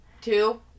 Two